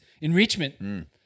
enrichment